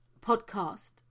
podcast